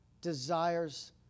desires